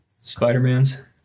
Spider-Man's